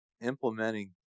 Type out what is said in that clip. implementing